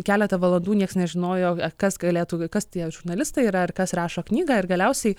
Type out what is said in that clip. keletą valandų nieks nežinojo kas galėtų kas tie žurnalistai yra ar kas rašo knygą ir galiausiai